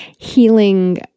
healing